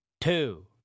two